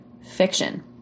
Fiction